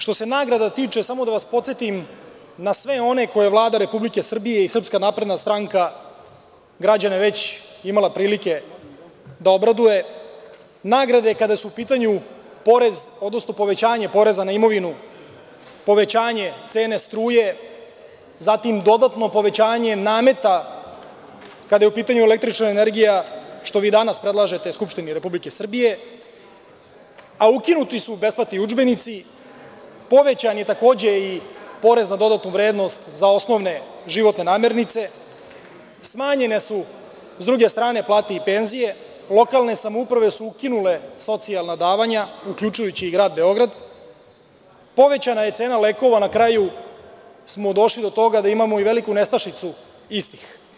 Što se nagrada tiče, samo da vas podsetim na sve one koje je Vlada Republike Srbije i SNS, građane, već imala prilike da obraduje, nagrade, kada su u pitanju povećanje poreza na imovinu, povećanje cene struje, zatim dodatno povećanje nameta kada je u pitanju električna energija, što vi danas predlažete Skupštini Republike Srbije, a ukinuti su besplatni udžbenici, povećan je takođe PDV za osnovne životne namirnice, smanjene su, s druge strane, plate i penzije, lokalne samouprave su ukinule socijalna davanja, uključujući i Grad Beograd, povećana je cena lekova, na kraju smo došli do toga da imamo i veliku nestašicu istih.